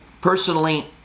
Personally